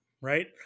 right